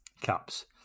caps